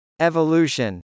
Evolution